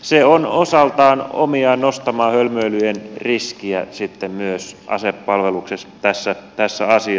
se on osaltaan omiaan nostamaan hölmöilyjen riskiä sitten myös asepalveluksessa tässä asiassa